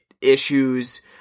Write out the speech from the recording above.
issues